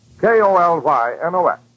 K-O-L-Y-N-O-S